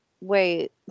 wait